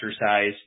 exercise